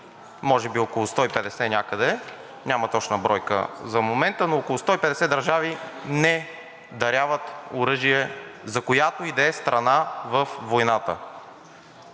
може би около 150 някъде, няма точна бройка за момента, но около 150 държави не даряват оръжие за която и да е страна във войната.